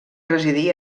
residí